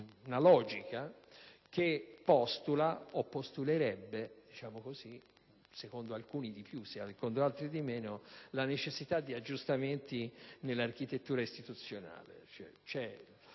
una logica che postula o postulerebbe - secondo alcuni più, secondo altri meno - la necessità di aggiustamenti nell'architettura istituzionale: